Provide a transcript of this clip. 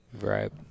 right